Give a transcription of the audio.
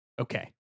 Okay